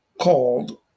called